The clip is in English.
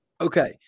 Okay